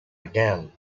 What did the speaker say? again